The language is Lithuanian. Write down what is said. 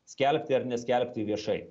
skelbti ar neskelbti viešai